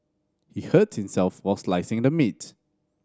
he hurt himself while slicing the meat